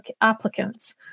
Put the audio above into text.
applicants